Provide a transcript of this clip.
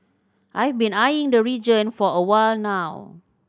I've been eyeing the region for a while now